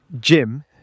jim